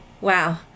Wow